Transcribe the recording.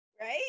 Right